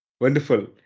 Wonderful